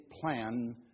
plan